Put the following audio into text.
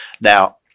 Now